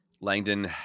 Langdon